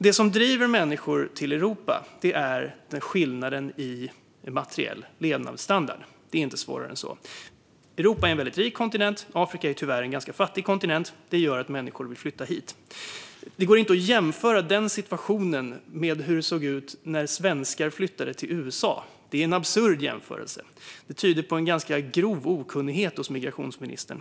Det som driver människor till Europa är skillnaden i materiell levnadsstandard. Det är inte svårare än så. Europa är en rik kontinent, och Afrika är tyvärr en ganska fattig kontinent. Det gör att människor vill flytta hit. Det går inte att jämföra den situationen med hur det såg ut när svenskar flyttade till USA. Det är en absurd jämförelse. Det tyder på en ganska grov okunnighet hos migrationsministern.